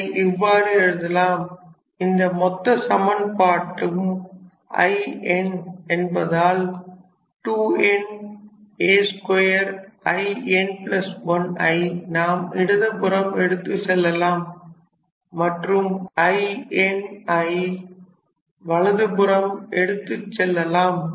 இதை இவ்வாறு எழுதலாம் இந்த மொத்த சமன்பாடும் In என்பதால்2na2 In1 ஐ நாம் இடதுபுறம் எடுத்து செல்லலாம் மற்றும் In ஐ வலது புறம் எடுத்து செல்லலாம்